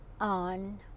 on